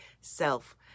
self